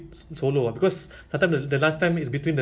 ah actually they should make like that